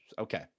Okay